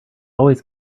always